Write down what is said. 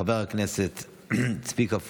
חבר הכנסת צביקה פוגל,